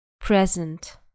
present